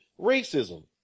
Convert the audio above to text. racism